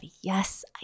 yes